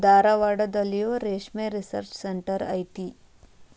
ಧಾರವಾಡದಲ್ಲಿಯೂ ರೇಶ್ಮೆ research centre ಐತಿ